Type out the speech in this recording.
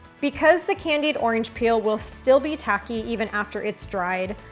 because the candied orange peel will still be tacky even after it's dried,